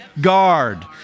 guard